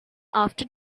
after